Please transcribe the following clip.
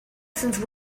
since